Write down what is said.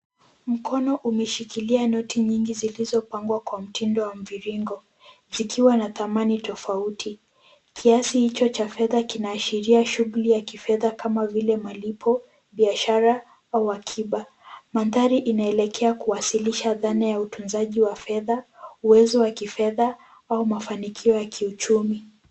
Mkono umeshikilia noti nyingi zilizopangwa kwa mtindo wa mviringo, zikiwa na thamani tofauti. Kiasi hicho cha kifedha kunaashiria malipo, biashara au akiba. Mandhari inaelekea kuelekeza dhana ya utunzaji wa fedha, uwezo wa kifedha au mafanikio ya kiuchumi.